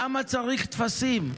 למה צריך טפסים?